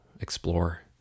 explore